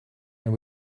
and